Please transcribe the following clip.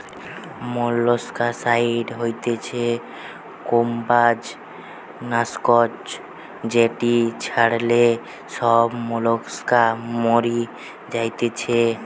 molluscicide হতিছে কম্বোজ নাশক যেটি ছড়ালে সব মোলাস্কা মরি যাতিছে